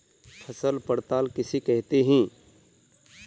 फसल पड़ताल किसे कहते हैं?